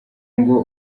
ngo